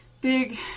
big